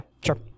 sure